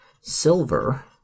silver